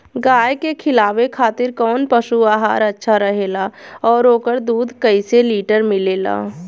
गाय के खिलावे खातिर काउन पशु आहार अच्छा रहेला और ओकर दुध कइसे लीटर मिलेला?